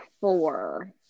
four